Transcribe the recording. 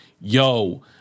yo